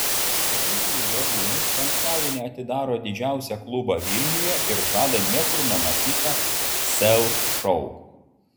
egidijus dragūnas penktadienį atidaro didžiausią klubą vilniuje ir žada niekur nematytą sel šou